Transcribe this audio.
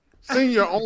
senior